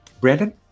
Brandon